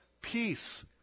peace